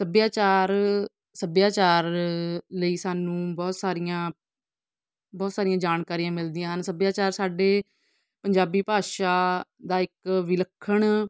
ਸੱਭਿਆਚਾਰ ਸੱਭਿਆਚਾਰ ਲਈ ਸਾਨੂੰ ਬਹੁਤ ਸਾਰੀਆਂ ਬਹੁਤ ਸਾਰੀਆਂ ਜਾਣਕਾਰੀਆਂ ਮਿਲਦੀਆਂ ਹਨ ਸੱਭਿਆਚਾਰ ਸਾਡੇ ਪੰਜਾਬੀ ਭਾਸ਼ਾ ਦਾ ਇੱਕ ਵਿਲੱਖਣ